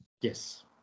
yes